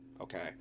okay